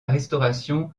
restauration